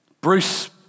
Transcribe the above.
Bruce